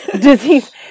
disease